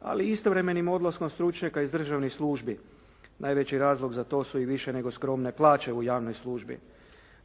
ali i istovremenim odlaskom stručnjaka iz državnih službi. Najveći razlog za to su i više nego skromne plaće u javnoj službi.